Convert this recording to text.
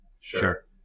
Sure